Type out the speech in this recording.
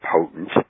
potent